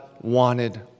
wanted